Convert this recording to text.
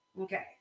Okay